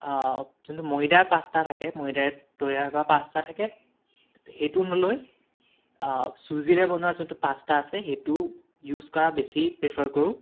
যোনটো মৈদাৰ পাস্তা থাকে মৈদাৰে তৈয়াৰ কৰা পাস্তা থাকে সেইটো নলৈ চুজিৰে বনোৱা যোনটো পাস্তা আছে সেইটো ইউজ কৰা বেছি প্ৰীফৰ কৰোঁ